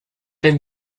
been